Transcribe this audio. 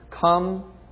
Come